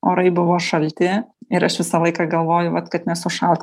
orai buvo šalti ir aš visą laiką galvoju vat kad nesušalt